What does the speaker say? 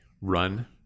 run